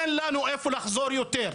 אין לנו לאיפה לחזור יותר.